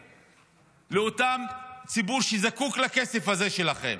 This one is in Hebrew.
לאותו ציבור שזקוק לכסף הזה שלכם,